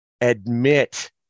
admit